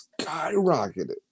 skyrocketed